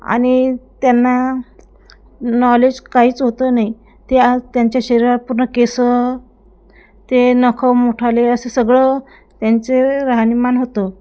आणि त्यांना नॉलेज काहीच होतं नाही त्या त्यांच्या शरीरात पूर्ण केस ते नखं मोठाले असं सगळं त्यांचे राहणीमान होतं